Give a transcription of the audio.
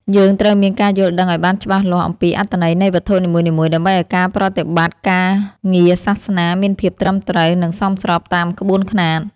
យើងត្រូវមានការយល់ដឹងឱ្យបានច្បាស់លាស់អំពីអត្ថន័យនៃវត្ថុនីមួយៗ ដើម្បីឱ្យការប្រតិបត្តិការងារសាសនាមានភាពត្រឹមត្រូវ និងសមស្របតាមក្បួនខ្នាត។